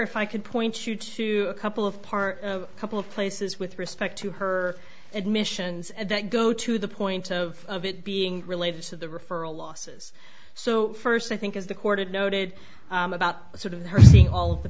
if i could point you to a couple of part of a couple of places with respect to her admissions and that go to the point of it being related to the referral losses so first i think is the corded noted about sort of her thing all of the